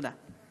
תודה.